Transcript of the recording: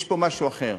יש פה משהו אחר.